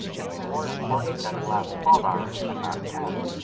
it's more important that it last twelve hours and not ten,